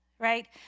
right